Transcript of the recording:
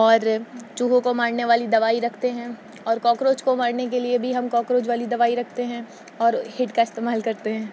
اور چوہوں کو مارنے والی دوائی رکھتے ہیں اور کوکروچ کو مارنے کے لیے بھی ہم کوکروچ والی دوائی رکھتے ہیں اور ہیٹ کا استعمال کرتے ہیں